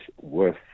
worth